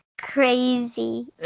crazy